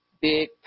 big